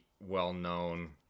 well-known